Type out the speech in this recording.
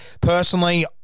Personally